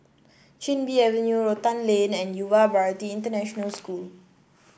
Chin Bee Avenue Rotan Lane and Yuva Bharati International School